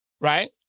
right